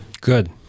Good